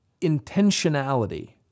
intentionality